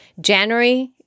January